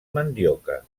mandioca